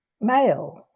male